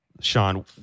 sean